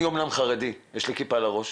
אני אמנם חרדי, יש לי כיפה על הראש,